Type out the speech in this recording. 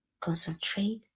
Concentrate